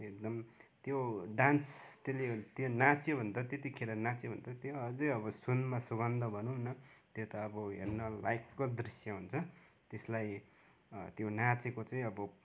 यो एकदम त्यो डान्स त्यसले त्यो नाच्यो भने त त्यतिखेर नाच्यो भने त त्यो अझै अब सुनमा सुगन्ध भनौँ न त्यो त अब हेर्नलाइकको दृश्य हुन्छ त्यसलाई त्यो नाचेको चाहिँ अब